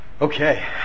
Okay